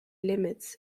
limits